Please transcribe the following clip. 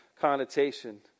connotation